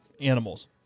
animals